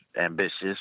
ambitious